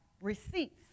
receipts